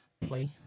play